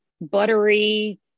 buttery